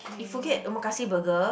you forget Omakase burger